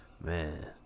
man